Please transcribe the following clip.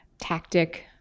tactic